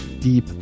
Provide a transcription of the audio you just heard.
deep